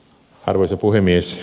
arvoisa puhemies